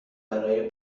برای